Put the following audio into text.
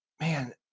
man